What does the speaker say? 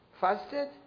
Fasted